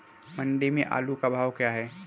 मंडी में आलू का भाव क्या है?